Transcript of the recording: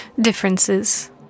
differences